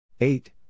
Eight